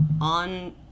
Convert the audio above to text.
on